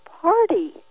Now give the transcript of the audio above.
party